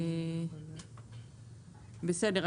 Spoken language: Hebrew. בסדר.